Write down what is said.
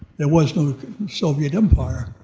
there was no soviet empire.